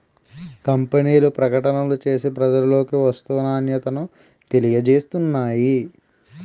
కంపెనీలు ప్రకటనలు చేసి ప్రజలలోకి వస్తువు నాణ్యతను తెలియజేస్తున్నాయి